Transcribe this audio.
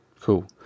Cool